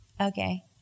okay